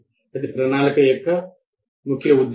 అది ప్రణాళిక యొక్క ఉద్దేశ్యం